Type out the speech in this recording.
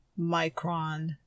micron